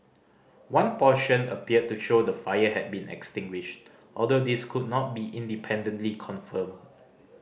one portion appeared to show the fire had been extinguished although this could not be independently confirmed